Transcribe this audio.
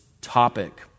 topic